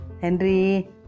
Henry